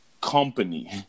company